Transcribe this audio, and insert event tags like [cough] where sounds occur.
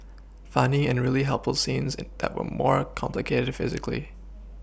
[noise] funny and really helpful scenes it that were more complicated physically